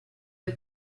del